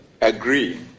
agree